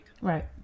Right